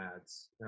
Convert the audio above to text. ads